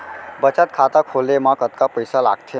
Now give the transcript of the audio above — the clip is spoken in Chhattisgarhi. बचत खाता खोले मा कतका पइसा लागथे?